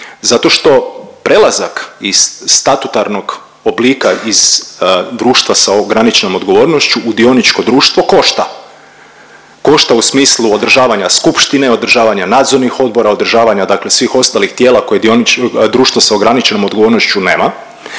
Zato što prelazak iz statutarnog oblika iz društva sa ograničenom odgovornošću u dioničko društvo košta. Košta u smislu održavanja skupštine, održavanja nadzornih odbora, održavanja dakle svih ostalih tijela koje dionič… društvo s ograničenom odgovornošću nema.